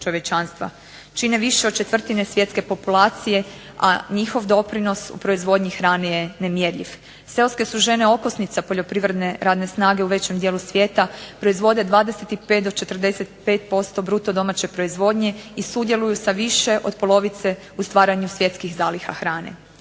Čine više od četvrtine svjetske populacije, a njihov doprinos u proizvodnji hrane je nemjerljiv. Seoske su žene okosnica poljoprivredne radne snage u većem dijelu svijeta, proizvode 25 do 45% bruto domaće proizvodnje i sudjeluju sa više od polovice u stvaranju svjetskih zaliha hrane.